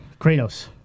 Kratos